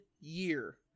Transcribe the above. year